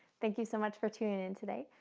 thank you so much for tuning in today.